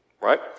Right